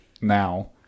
now